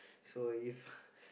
so if